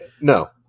No